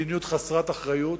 מדיניות חסרת אחריות,